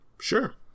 Sure